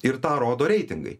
ir tą rodo reitingai